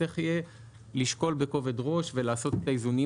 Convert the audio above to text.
צריך יהיה לשקול בכובד ראש ולעשות את האיזונים